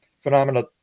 phenomena